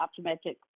optometric